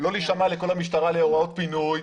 לא להישמע לקול המשטרה להוראות פינוי,